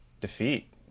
defeat